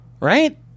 Right